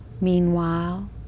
Meanwhile